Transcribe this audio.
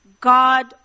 God